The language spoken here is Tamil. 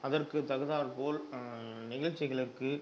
அதற்கு தகுந்தாற்போல் நிகழ்ச்சிகளுக்கு